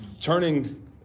turning